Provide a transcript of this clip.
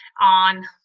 on